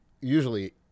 Usually